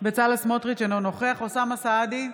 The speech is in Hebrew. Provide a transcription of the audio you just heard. בצלאל סמוטריץ' אינו נוכח אוסאמה סעדי,